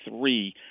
three